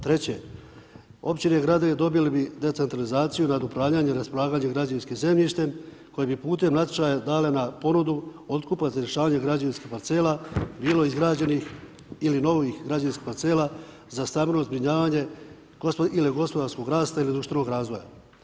Treće, općine i gradovi dobili bi decentralizaciju radi upravljanja raspolaganjem građevinskim zemljištem koji bi putem natječaja dale na ponudu otkupa za rješavanje građevinskih parcela, bilo izgrađenih ili novih građevinskih parcela za stambeno zbrinjavanje ili gospodarskog rasta ili društvenog razvoja.